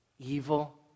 Evil